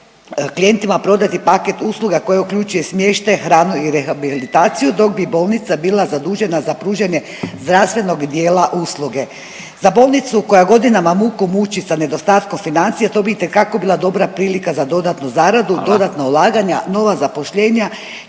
klijentima prodati paket usluga koje uključuje smještaj, hranu i rehabilitaciju dok bi bolnica bila zadužena za pružanje zdravstvenog dijela usluge. Za bolnicu koja godinama muku muči sa nedostatkom financija to bi itekako bila dobra prilika za dodatnu zaradu …/Upadica Radin: Hvala./…